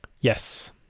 yes